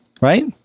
right